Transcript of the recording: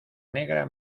negra